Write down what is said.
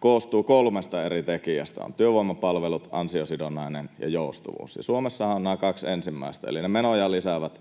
koostuu kolmesta eri tekijästä — on työvoimapalvelut, ansiosidonnainen ja joustavuus — ja Suomessahan on nämä kaksi ensimmäistä, eli ne menoja lisäävät